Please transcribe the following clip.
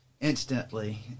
instantly